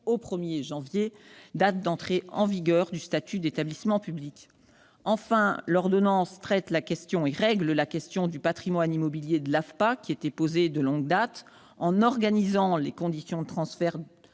le 1 janvier 2017, date d'entrée en vigueur du statut d'établissement public. Enfin, l'ordonnance règle la question du patrimoine immobilier de l'AFPA, qui était posée de longue date, en organisant les conditions du transfert